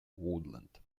woodland